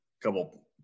couple –